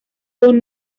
con